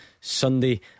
Sunday